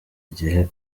igihe